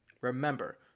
Remember